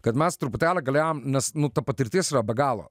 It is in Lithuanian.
kad mes truputėlį galėjom nes nu ta patirtis yra be galo